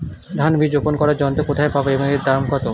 ধান বীজ রোপন করার যন্ত্র কোথায় পাব এবং এর দাম কত?